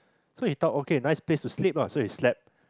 so he thought okay nice place to sleep lah so he slept